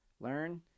learn